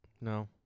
No